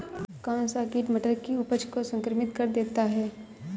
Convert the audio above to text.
कौन सा कीट मटर की उपज को संक्रमित कर देता है?